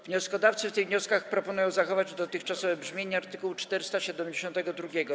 Wnioskodawcy w tych wnioskach proponują zachować dotychczasowe brzmienie art. 472.